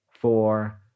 four